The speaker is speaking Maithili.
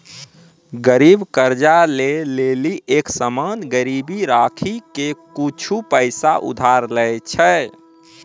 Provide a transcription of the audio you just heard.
गरीब कर्जा ले लेली एक सामान गिरबी राखी के कुछु पैसा उधार लै छै